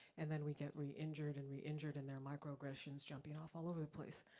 and then we get re-injured and re-injured and their microaggressions jumping off all over the place.